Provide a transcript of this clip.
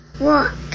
Walk